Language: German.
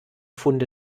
funde